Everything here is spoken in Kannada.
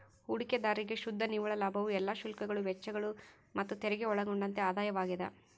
ಹೂಡಿಕೆದಾರ್ರಿಗೆ ಶುದ್ಧ ನಿವ್ವಳ ಲಾಭವು ಎಲ್ಲಾ ಶುಲ್ಕಗಳು ವೆಚ್ಚಗಳು ಮತ್ತುತೆರಿಗೆ ಒಳಗೊಂಡಂತೆ ಆದಾಯವಾಗ್ಯದ